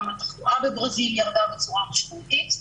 גם התחלואה בברזיל ירדה בצורה משמעותית.